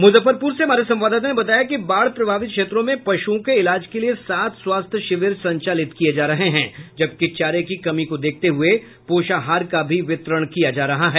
मुजफ्फरपुर से हमारे संवाददाता ने बताया कि बाढ़ प्रभावित क्षेत्रों में पशुओं के इलाज के लिये सात स्वास्थ्य शिविर संचालत किये जा रहे हैं जबकि चारे की कमी को देखते हुए पोषाहार का भी वितरण किया जा रहा है